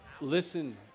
listen